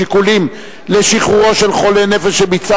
שיקולים לשחרורו של חולה נפש שביצע